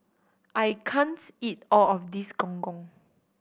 I can't eat all of this Gong Gong